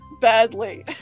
badly